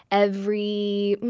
every,